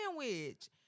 sandwich